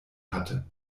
hatte